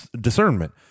discernment